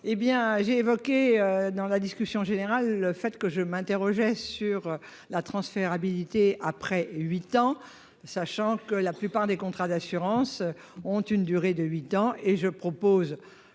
Eh bien j'ai évoqué dans la discussion générale. Le fait que je m'interrogeais sur la transférabilité après 8 ans sachant que la plupart des contrats d'assurance ont une durée de 8 ans et je propose